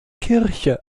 kirche